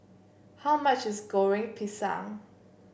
how much is Goreng Pisang